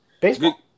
Baseball